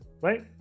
Right